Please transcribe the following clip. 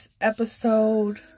episode